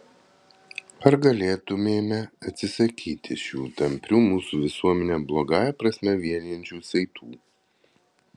ar galėtumėme atsisakyti šių tamprių mūsų visuomenę blogąją prasme vienijančių saitų